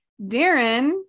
Darren